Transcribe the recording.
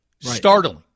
Startling